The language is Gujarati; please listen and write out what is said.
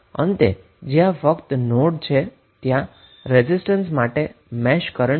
અંતે આપણી પાસે આ રેઝિસ્ટન્સ બાકી છે જ્યા ફક્ત મેશ કરન્ટ i3 વહે છે